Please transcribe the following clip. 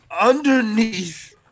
underneath